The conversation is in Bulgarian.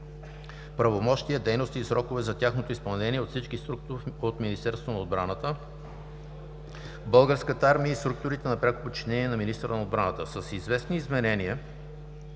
правомощия, дейности и срокове за тяхното изпълнение от всички структури от Министерството на отбраната, Българската армия и структурите на пряко подчинение на министъра на отбраната. С известни изменения,